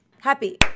Happy